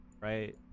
right